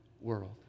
world